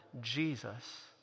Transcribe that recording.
Jesus